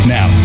Now